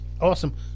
Awesome